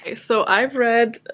so i've read.